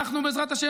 בעזרת ה',